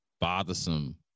bothersome